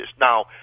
Now